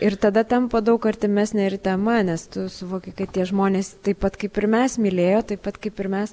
ir tada tampa daug artimesnė ir tema nes tu suvoki kad tie žmonės taip pat kaip ir mes mylėjo taip pat kaip ir mes